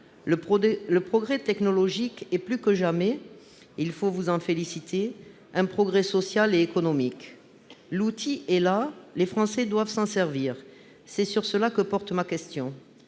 Le progrès technologique est plus que jamais- il faut vous en féliciter -un progrès social et économique. L'outil est là ; les Français doivent s'en servir. Aussi, madame la ministre,